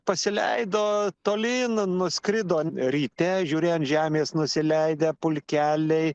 pasileido tolyn nuskrido ryte žiūri ant žemės nusileidę pulkeliai